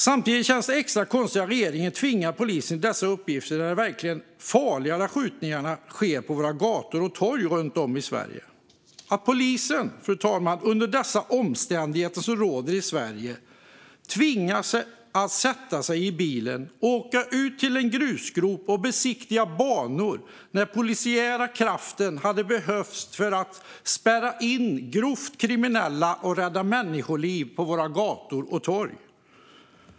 Samtidigt känns det extra konstigt att regeringen tvingar polisen till dessa uppgifter när de verkligt farliga skjutningarna sker på våra gator och torg runt om i Sverige - att polisen, fru talman, under de omständigheter som råder i Sverige tvingas sätta sig i bilen och åka ut till en grusgrop för att besiktiga banor när den polisiära kraften hade behövts för att spärra in grovt kriminella och rädda människoliv på våra gator och torg.